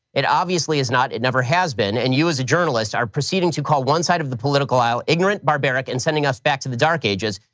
it obviously is not, and never has been, and you as a journalist are proceeding to call one side of the political aisle ignorant, barbaric, and sending us back to the dark ages.